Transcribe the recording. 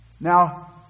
Now